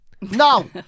No